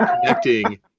connecting